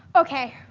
okay,